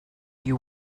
you